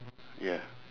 ya